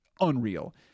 unreal